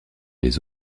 les